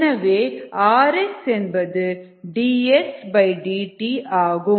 எனவே rx என்பது dxdt ஆகும்